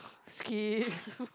skip